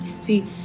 See